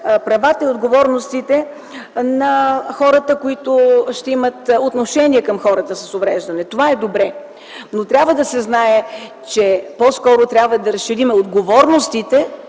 правата и отговорностите на хората, които ще имат отношение към хората с увреждания. Това е добре, но трябва да се знае, че трябва да разширим по-скоро отговорностите,